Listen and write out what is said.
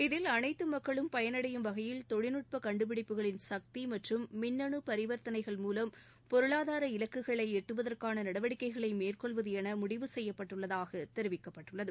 இதில் அனைத்து மக்களும் பயனடையும் வகையில் தொழில்நுட்ப கண்டுபிடிப்புகளின் சக்தி மற்றும் மின்னனு பரிவர்த்தனைகள் மூலம் பொருளாதார இலக்குகளை எட்டுவதற்கான நடவடிக்கைகளை மேற்கொள்வது என முடிவு செய்யப்பட்டுள்ளதாக தெரிவிக்கப்பட்டுள்ளது